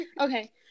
Okay